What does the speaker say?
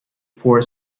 poor